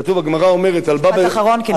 כתוב, הגמרא אומרת, משפט אחרון, כי נגמר הזמן.